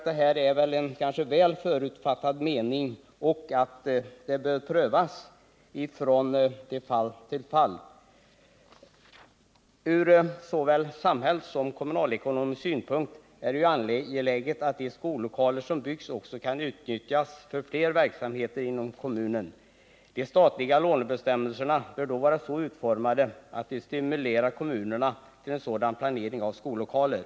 Det är, tycker jag, en väl förutfattad mening, och en prövning bör ske från fall till fall. Från såväl samhällssom kommunalekonomisk synpunkt är det angeläget att de skollokaler som byggs också kan utnyttjas för andra verksamheter inom kommunen än skolverksamhet. De statliga lånebestämmelserna bör då vara så utformade att de stimulerar kommunerna till en sådan planering av skollokaler.